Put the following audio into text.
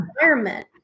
environment